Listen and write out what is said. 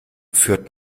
führt